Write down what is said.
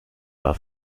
war